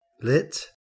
lit